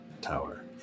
Tower